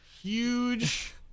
huge